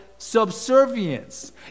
subservience